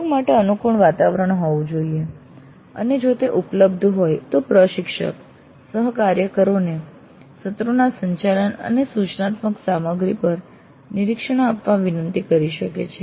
સહયોગ માટે અનુકૂળ વાતાવરણ હોવું જોઈએ અને જો તે ઉપલબ્ધ હોય તો પ્રશિક્ષક સહકાર્યકરોને સત્રોના સંચાલન અને સૂચનાત્મક સામગ્રી પર નિરીક્ષણો આપવા વિનંતી કરી શકે છે